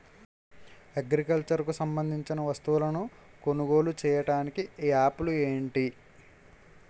Agriculture కు సంబందించిన వస్తువులను కొనుగోలు చేయటానికి యాప్లు ఏంటి?